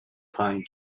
pine